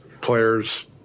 players